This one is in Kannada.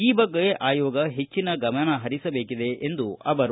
ಈ ಬಗ್ಗೆ ಆಯೋಗ ಹೆಚ್ಚಿನ ಗಮನಹರಿಸಬೇಕಿದೆ ಎಂದರು